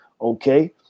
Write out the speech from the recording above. Okay